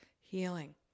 healing